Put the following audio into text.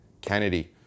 Kennedy